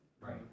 Right